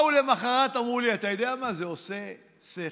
באו למוחרת ואמרו לי: אתה יודע מה, זה עושה שכל.